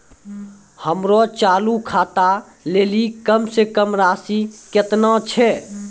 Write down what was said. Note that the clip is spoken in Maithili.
हमरो चालू खाता लेली कम से कम राशि केतना छै?